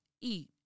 eat